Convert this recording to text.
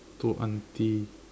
to auntie